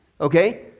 okay